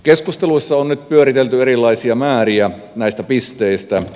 keskusteluissa on nyt pyöritelty erilaisia määriä näitä pisteitä